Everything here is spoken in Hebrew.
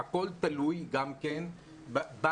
הכול תלוי גם בנו.